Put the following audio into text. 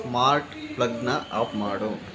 smart ಪ್ಲಗ್ಗನ್ನ off ಮಾಡು